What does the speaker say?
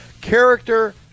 Character